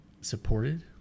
supported